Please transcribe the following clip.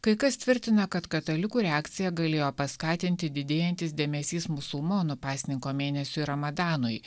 kai kas tvirtina kad katalikų reakciją galėjo paskatinti didėjantis dėmesys musulmonų pasninko mėnesiui ramadanui